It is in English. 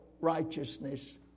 righteousness